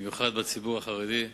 במיוחד בציבור החרדי,